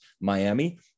Miami